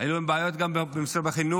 היו להם בעיות גם עם משרד החינוך.